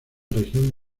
región